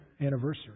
anniversary